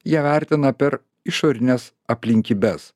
jie vertina per išorines aplinkybes